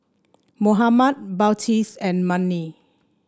Muhammad Balqis and Murni